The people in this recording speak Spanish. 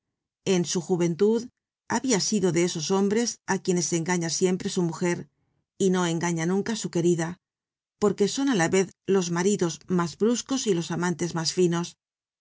en su juventud habia sido de esos hombres á quienes engaña siempre su mujer y no engaña nunca su querida porque son á la vez los maridos mas bruscos y los amantes mas finos